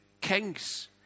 kings